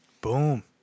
Boom